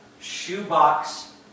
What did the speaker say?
shoebox